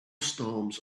storms